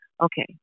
Okay